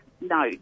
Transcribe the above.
No